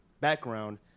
background